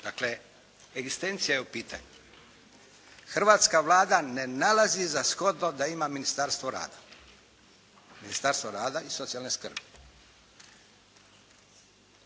Dakle, egzistencija je u pitanju. Hrvatska Vlada ne nalazi za shodno da ima ministarstvo rada, ministarstvo rada i socijalne skrbi.